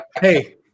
Hey